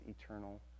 eternal